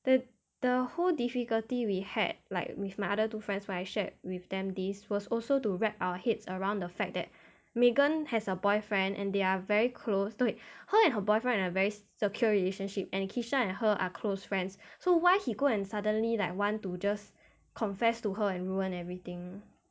the the whole difficulty we had like with my other two friends when I shared with them this was also to wrap our heads around the fact that megan has a boyfriend and they are very close okay her and her boyfriend in a very secure relationship and kishan and her are close friends so why he go and suddenly like want to just confess to her and ruin everything